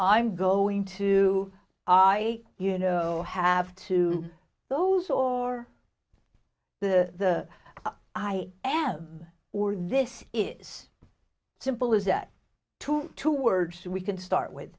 i'm going to i you know have to those or the i am or this is simple as that to two words we can start with